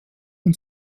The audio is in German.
und